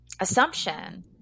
assumption